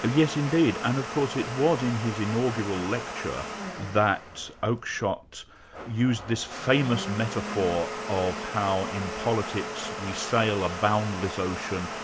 yes indeed, and of course it was in his inaugural lecture that oakeshott used this famous metaphor of how in politics we sail a boundless ocean,